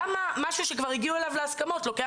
למה משהו שכבר הגיעו אליו להסכמות לוקח